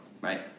right